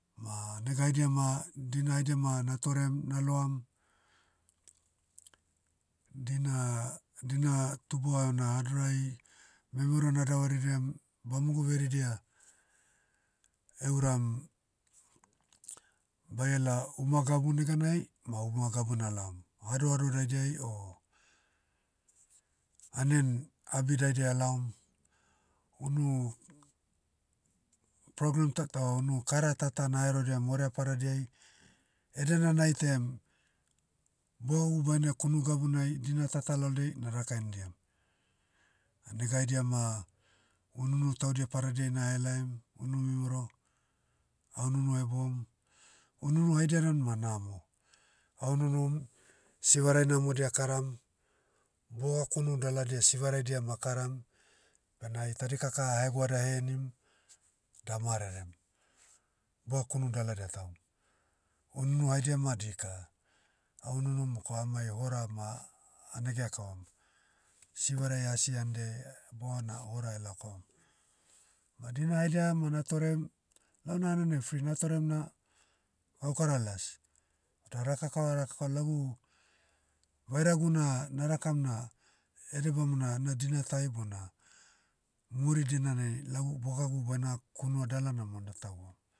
Ma nega haidia ma, dina haidia ma natorem na loam, dina- dina tubua na hadorai, memero na davaridiam, bamogu veridia, euram, baiela uma gabu neganai, ma uma gabu nalaom. Hadohado daidiai o, anean, abi daidia alaom, unu, program ta- o unu kara tata na herodiam orea padadiai, edena naitaiam, bogagu baine kunu gabunai dina tata laldai naraka henidiam. Nega haidia ma, ununu taudia padadiai nahelaim, unu memero, aununu heboum. Ununu haidia dan ma namo, oununum, sivarai namodia akaram, boga kunu daladia sivaraidia ma akaram, bena ai tadikaka ahegoada henim, damarerem. Boakunu daladia atahum. Ununu haidiama dika. Ah ununum moko amai hora ma, anegea kavam. Sivarai asi andiai, bona hora elao kavam. Ma dina haidia ma natorem, launa hananai free natorem na, gaukara las. Da rakakava rakaka lagu, vairagu na narakam na edebamona na dina tai bona, muri dinanai lau bogagu baina kunua dalana ma natahuam.